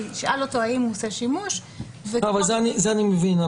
ישאל אותו האם הוא עושה שימוש --- זה אני מבין.